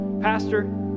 pastor